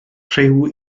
rhyw